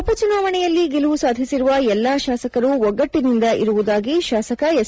ಉಪ ಚುನಾವಣೆಯಲ್ಲಿ ಗೆಲುವು ಸಾಧಿಸಿರುವ ಎಲ್ಲ ಶಾಸಕರು ಒಗ್ಗಟ್ಟಿನಿಂದ ಇರುವುದಾಗಿ ಶಾಸಕ ಎಸ್